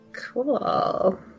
Cool